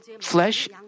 flesh